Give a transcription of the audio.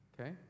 Okay